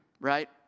right